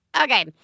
Okay